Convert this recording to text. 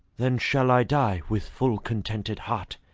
then shall i die with full contented heart,